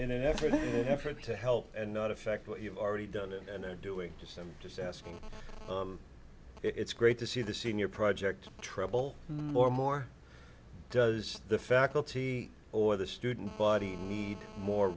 in an effort to help and not affect what you've already done and are doing this i'm just asking it's great to see the senior project trouble more and more does the faculty or the student body need more